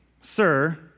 sir